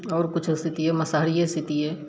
आओर कुछो सीतियै मसहरिये सीतियै